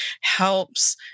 helps